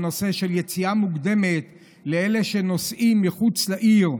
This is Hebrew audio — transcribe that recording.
הנושא של יציאה מוקדמת לאלה שנוסעים להוריהם שמחוץ לעיר,